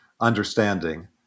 understanding